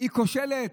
כושלת?